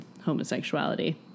homosexuality